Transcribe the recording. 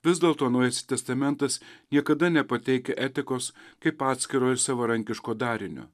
vis dėlto naujasis testamentas niekada nepateikia etikos kaip atskiroir savarankiško darinio